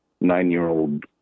nine-year-old